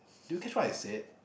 do you catch what I said